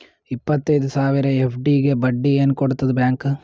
ಇಪ್ಪತ್ತೈದು ಸಾವಿರ ಎಫ್.ಡಿ ಗೆ ಬಡ್ಡಿ ಏನ ಕೊಡತದ ಬ್ಯಾಂಕ್?